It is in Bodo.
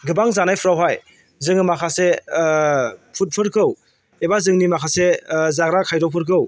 गोबां जानायफ्रावहाय जोङो माखासे फुडफोरखौ एबा जोंनि माखासे जाग्रा खायद'फोरखौ